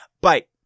Bite